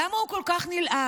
למה הוא כל כך נלעג?